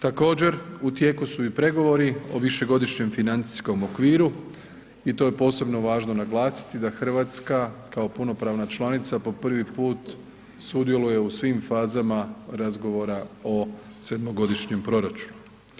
Također, u tijeku su i pregovori o višegodišnjem financijskom okviru i to je posebno važno naglasiti da Hrvatska kao punopravna članica po prvi put sudjeluje u svim fazama razgovora o sedmogodišnjem proračunu.